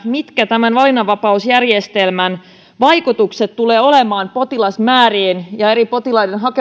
mitkä tämän valinnanvapausjärjestelmän vaikutukset tulevat olemaan potilasmääriin ja eri potilaiden